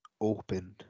open